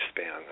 span